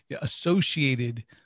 associated